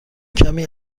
کمی